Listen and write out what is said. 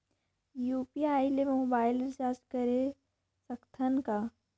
UPI ले mobile recharge करे सकथन कौन?